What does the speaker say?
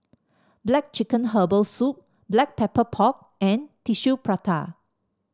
black chicken Herbal Soup Black Pepper Pork and Tissue Prata